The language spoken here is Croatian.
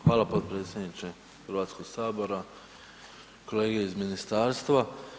Hvala, potpredsjedniče Hrvatskog sabora, kolege iz ministarstva.